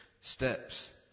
steps